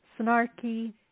snarky